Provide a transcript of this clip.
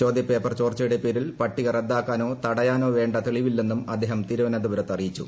ചോദ്യപേപ്പർ ചോർച്ചയുടെ പേരിൽ പട്ടിക റദ്ദാക്കാനോ തടയാനോ വേ തെളിവില്ലെന്നും അദ്ദേഹം തിരുവനന്തപുരത്ത് അറിയിച്ചു